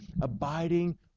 abiding